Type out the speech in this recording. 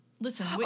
Listen